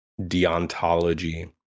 deontology